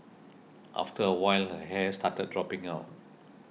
after a while her hair started dropping out